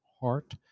heart